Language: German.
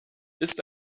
ist